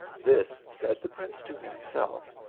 this, said the prince to himself,